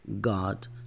God